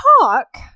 talk